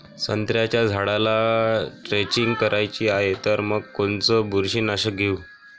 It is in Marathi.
संत्र्याच्या झाडाला द्रेंचींग करायची हाये तर मग कोनच बुरशीनाशक घेऊ?